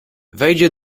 wejdzie